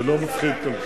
זה לא מפחיד כל כך.